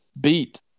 beat